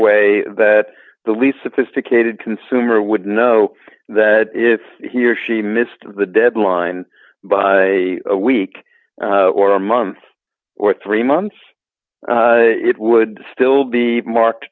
way that the least sophisticated consumer would know that if he or she missed the deadline by a week or a month or three months it would still be mar